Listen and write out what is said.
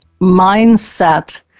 mindset